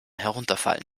herunterfallen